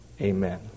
Amen